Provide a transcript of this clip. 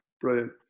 Brilliant